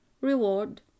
reward